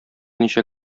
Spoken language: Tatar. ничә